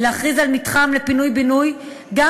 להכריז על מתחם לפינוי ובינוי גם